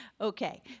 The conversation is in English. Okay